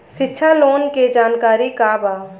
शिक्षा लोन के जानकारी का बा?